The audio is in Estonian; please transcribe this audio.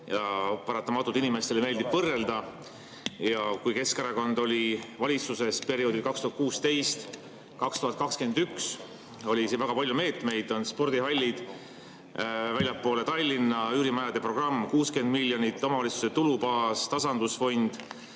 Paratamatult inimestele meeldib võrrelda. Kui Keskerakond oli valitsuses perioodil 2016–2021, siis oli väga palju meetmeid: spordihallid väljapoole Tallinna, üürimajade programm 60 miljonit, omavalitsuste tulubaas, tasandusfond,